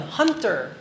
hunter